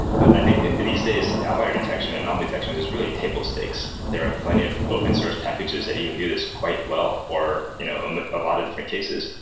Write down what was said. but i think these days outlier detection and anomaly detection is is really table stakes. there are plenty of open source packages that even do this quite well for you know a lot of different cases.